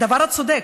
הדבר הצודק.